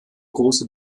große